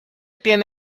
tiene